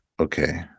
Okay